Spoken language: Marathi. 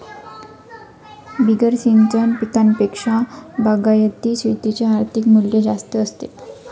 बिगर सिंचन पिकांपेक्षा बागायती पिकांचे आर्थिक मूल्य जास्त असते